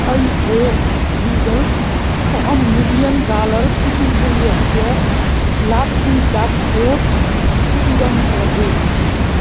अयि भोः गूगल् अहं मिलियन् डालर् इति मूल्यस्य लाटरी जाक्पोट् इत्येदम् अलभे